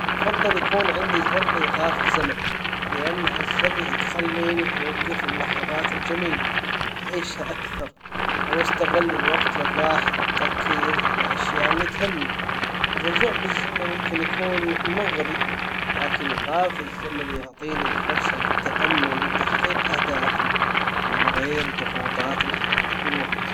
افضل يكون عندي زر لايقاف الزمن لان هالزر يخليني اوجف اللحظات الجميلة أعيشها أكثر او أستغل الوقت للراحة والتركيز على الأشياء اللي تهمني الرجوع بالزمن ممكن يكون مغري. لكن ايقاف الزمن يعطيني الفرصة للتأمل وتحقيق اهدافي من غير ضغوطات الحياة والوقت